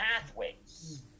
pathways